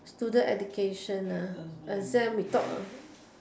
student education exam we talk